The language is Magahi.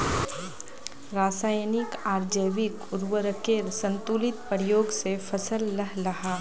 राशयानिक आर जैविक उर्वरकेर संतुलित प्रयोग से फसल लहलहा